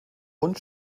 und